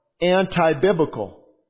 anti-biblical